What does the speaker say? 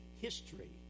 History